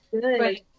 good